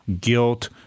guilt